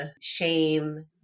shame